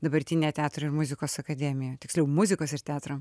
dabartinę teatro ir muzikos akademiją tiksliau muzikos ir teatro